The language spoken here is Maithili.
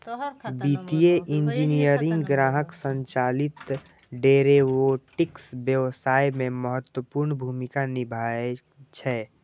वित्तीय इंजीनियरिंग ग्राहक संचालित डेरेवेटिव्स व्यवसाय मे महत्वपूर्ण भूमिका निभाबै छै